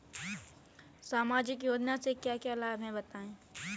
सामाजिक योजना से क्या क्या लाभ हैं बताएँ?